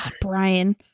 Brian